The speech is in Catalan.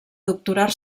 doctorar